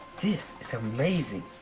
this is amazing.